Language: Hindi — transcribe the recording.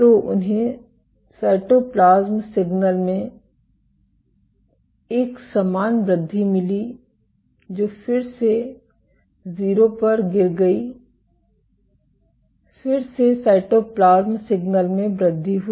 तो उन्हें साइटोप्लाज्म सिग्नल में एक समान वृद्धि मिली जो फिर से 0 पर गिर गई फिर से साइटोप्लाज्म सिग्नल में वृद्धि हुई